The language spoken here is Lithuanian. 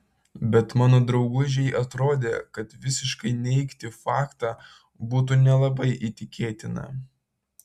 bet mano draugužei atrodė kad visiškai neigti faktą būtų nelabai įtikėtina